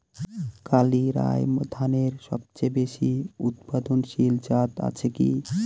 কালিরাই ধানের সবচেয়ে বেশি উৎপাদনশীল জাত আছে কি?